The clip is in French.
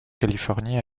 californie